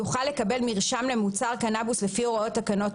יוכל לקבל מרשם למוצר קנבוס לפי הוראות תקנות